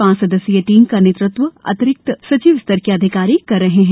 पांच सदस्यीय टीम का नेतृत्व अतिरिक्त सचिव स्तर के अधिकारी कर रहे है